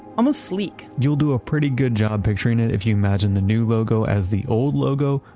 almost sleek. you'll do a pretty good job picturing it if you imagine the new logo as the old logo,